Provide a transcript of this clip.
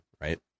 right